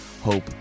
hope